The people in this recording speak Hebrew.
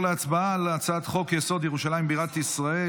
להצבעה על הצעת חוק-יסוד: ירושלים בירת ישראל